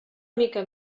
mica